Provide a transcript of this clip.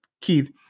Keith